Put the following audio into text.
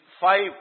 five